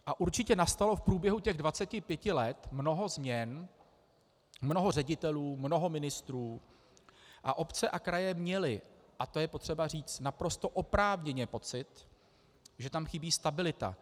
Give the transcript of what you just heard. A určitě nastalo v průběhu těch 25 let mnoho změn, mnoho ředitelů, mnoho ministrů, a obce a kraje měly, a to je potřeba říct, naprosto oprávněně pocit, že tam chybí stabilita.